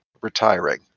retiring